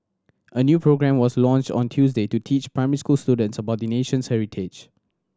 a new programme was launched on Tuesday to teach primary school students about the nation's heritage